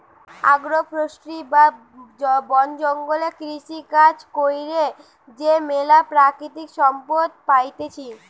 agro forestry বা বন জঙ্গলে কৃষিকাজ কইরে যে ম্যালা প্রাকৃতিক সম্পদ পাইতেছি